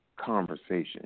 conversation